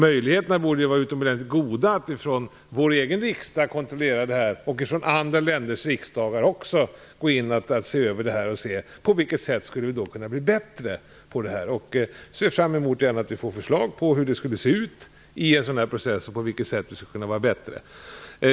Möjligheterna borde vara utomordentligt goda att utifrån vår egen riksdag, och från andra länders parlament, kontrollera detta och se över på vilket sätt det skulle kunna bli bättre. Jag ser gärna att vi får förslag på hur det skulle se ut och på vilket sätt det skulle kunna bli bättre.